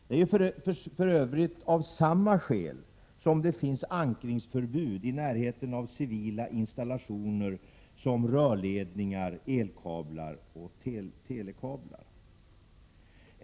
Det är för övrigt av samma skäl man har ankringsförbud i närheten av civila installationer som rörledningar, elkablar och telekablar.